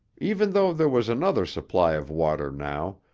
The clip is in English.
even though there was another supply of water now,